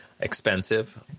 Expensive